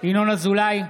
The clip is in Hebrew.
ינון אזולאי,